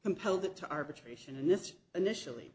compelled it to arbitration and this initially